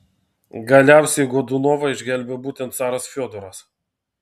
galiausiai godunovą išgelbėjo būtent caras fiodoras